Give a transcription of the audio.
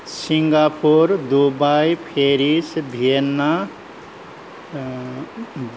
Singapore Dubai Paris Vietnam